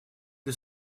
для